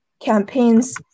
campaigns